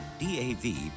DAV